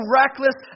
reckless